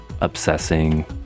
obsessing